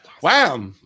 Wow